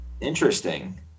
Interesting